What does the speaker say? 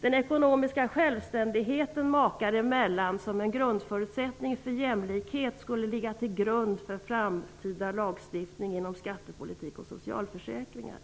Den ekonomiska självständigheten makar emellan som en grundförutsättning för jämlikhet skulle ligga till grund för framtida lagstiftning inom skattepolitik och socialförsäkringar.